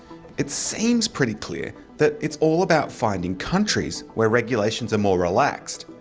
it seems pretty clear that it's all about finding countries where regulations are more relaxed.